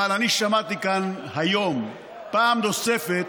אבל אני שמעתי כאן היום פעם נוספת